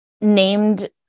named